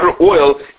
oil